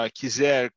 quiser